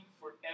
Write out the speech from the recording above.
forever